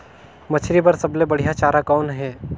मछरी बर सबले बढ़िया चारा कौन हे?